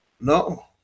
no